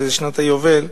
אז זה שנת היובל,